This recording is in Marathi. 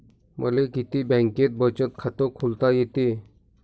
मले किती बँकेत बचत खात खोलता येते?